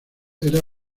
era